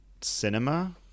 cinema